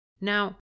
Now